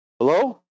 Hello